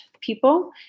people